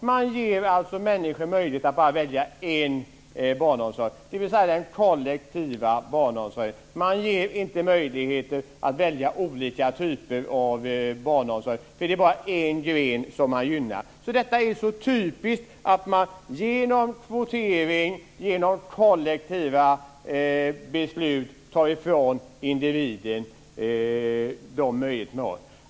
Man ger människor möjlighet att välja bara en typ av barnomsorg, dvs. den kollektiva barnomsorgen. Man ger inte människor möjligheter att välja olika typer av barnomsorg, eftersom det är bara en gren som man gynnar. Det är så typiskt att man genom kvotering och genom kollektiva beslut tar ifrån individerna de möjligheter som de har.